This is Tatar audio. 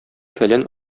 фәлән